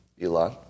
Elon